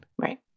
Right